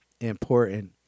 important